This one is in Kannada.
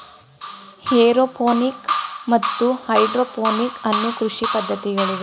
ಏರೋಪೋನಿಕ್ ಮತ್ತು ಹೈಡ್ರೋಪೋನಿಕ್ ಅನ್ನೂ ಕೃಷಿ ಪದ್ಧತಿಗಳಿವೆ